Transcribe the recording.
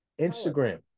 Instagram